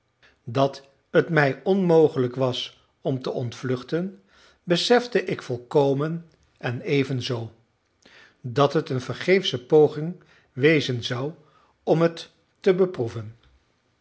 dat het mij onmogelijk was om te ontvluchten besefte ik volkomen en evenzoo dat het een vergeefsche poging wezen zou om het te beproeven